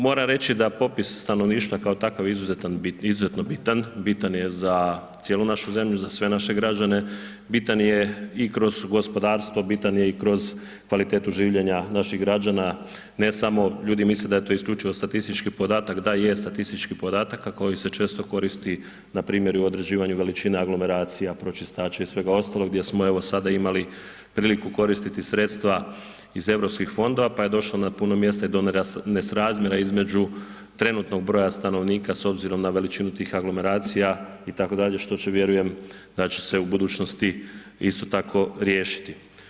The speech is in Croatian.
Moram reći da popis stanovništva kao takav izuzetno bitan, bitan je za cijelu našu zemlju za sve naše građane, bitan i kroz gospodarstvo, bitan je i kroz kvalitetu življena naših građana, ne samo ljudi misle da je to isključivo statistički podatak, da je statistički podatak a koji se često koristi npr. i u određivanju veličina aglomeracija, pročistača i svega ostaloga gdje smo evo sada imali priliku koristiti sredstva iz Europskih fondova, pa je došlo na puno mjesta i do nesrazmjera između trenutnog broja stanovnika s obzirom na veličinu tih aglomeracija itd., što vjerujem da će se u budućnosti isto tako riješiti.